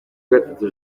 gatatu